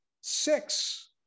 Six